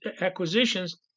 acquisitions